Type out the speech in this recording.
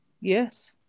yes